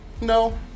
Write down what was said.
no